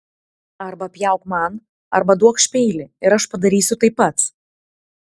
arba pjauk man arba duokš peilį ir aš padarysiu tai pats